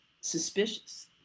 suspicious